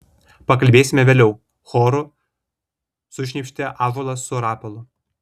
pakalbėsime vėliau choru sušnypštė ąžuolas su rapolu